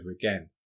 again